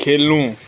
खेल्नु